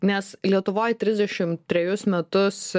nes lietuvoj trisdešimt trejus metus